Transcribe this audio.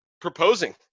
proposing